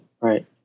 right